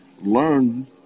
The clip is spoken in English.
learn